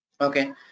Okay